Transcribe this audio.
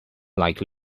like